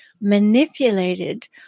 manipulated